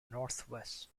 northwest